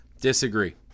Disagree